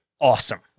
awesome